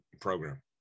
program